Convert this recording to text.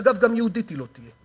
אגב, גם יהודית היא לא תהיה,